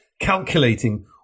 calculating